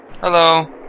Hello